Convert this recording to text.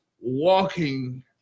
walking